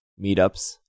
meetups